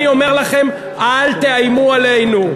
אני אומר לכם: אל תאיימו עלינו.